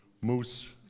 moose